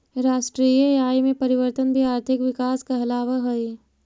राष्ट्रीय आय में परिवर्तन भी आर्थिक विकास कहलावऽ हइ